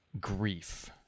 grief